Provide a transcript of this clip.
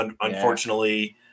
unfortunately –